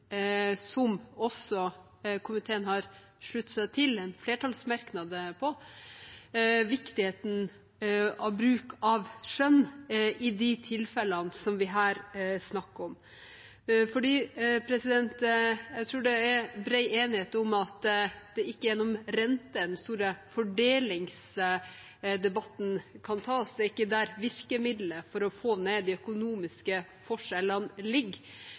av bruk av skjønn i de tilfellene som vi her snakker om. Jeg tror det er bred enighet om at det ikke er om rente den store fordelingsdebatten kan tas, det er ikke der virkemiddelet for å få ned de økonomiske forskjellene ligger.